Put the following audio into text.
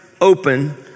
open